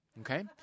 Okay